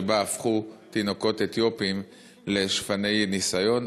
שבה הפכו תינוקות אתיופים לשפני ניסיון.